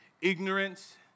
Ignorance